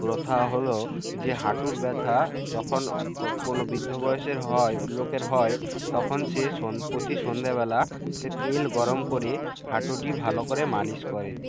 প্রথা হলো যে হাঁটুর ব্যথা যখন কোনও বৃদ্ধ বয়সের হয় লোকের হয় তখন সে প্রতি সন্ধেবেলা সে তেল গরম করে হাঁটুটি ভালো করে মালিশ করে